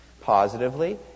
Positively